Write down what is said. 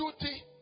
duty